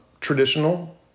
traditional